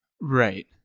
Right